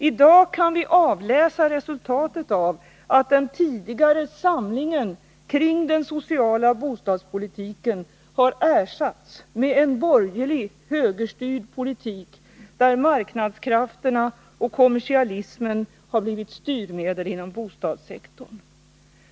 Idag kan vi avläsa resultatet av att den tidigare samlingen kring den sociala bostadspolitiken har ersatts med en borgerlig högerstyrd politik, där marknadskrafterna och kommersialismen har blivit styrmedel inom bostadssektorn.